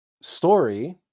story